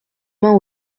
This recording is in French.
mains